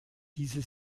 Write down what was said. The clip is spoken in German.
diese